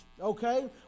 okay